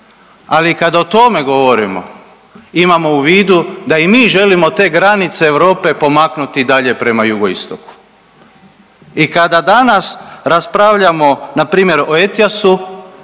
ali kada o tome govorimo imamo u vidu da i mi želimo te granice Europe pomaknuti dalje prema jugoistoku. I kada danas raspravljamo na primjer od ETIAS-u